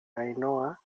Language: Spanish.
ainhoa